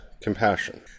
compassion